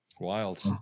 wild